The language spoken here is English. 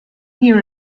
here